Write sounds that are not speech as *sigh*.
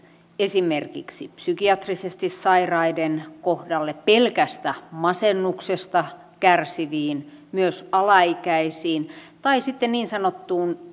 esimerkiksi psykiatrisesti sairaiden kohdalle pelkästä masennuksesta kärsiviin myös alaikäisiin tai sitten niin sanotun *unintelligible*